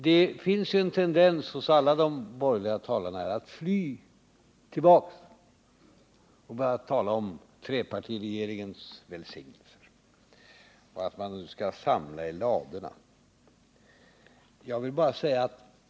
Det finns en tendens hos alla borgerliga talare att fly tillbaka och börja tala om trepartiregeringens välsignelser och att man nu skall samla i ladorna.